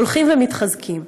הולכים ומתחזקים.